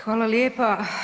Hvala lijepa.